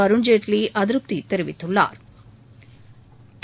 அருண் ஜேட்லி அதிருப்தி தெரிவித்துள்ளாா்